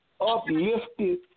uplifted